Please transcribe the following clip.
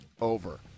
over